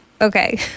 Okay